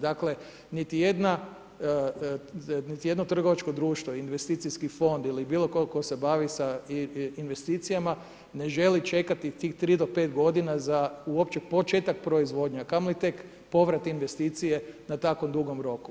Dakle, niti jedno trgovačko društvo, investicijski fond ili bilo tko tko se bavi sa investicijama ne želi čekati tih 3-5 godina za uopće početak proizvodnje, a kamoli tek povrat investicije na tako dugom roku.